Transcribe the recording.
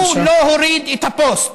הוא לא הוריד את הפוסט.